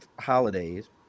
Holidays